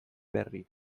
berri